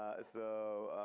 ah so.